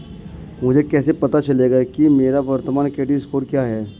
मुझे कैसे पता चलेगा कि मेरा वर्तमान क्रेडिट स्कोर क्या है?